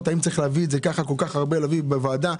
האם צריך להביא כל כך הרבה מידע לוועדה.